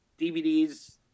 DVDs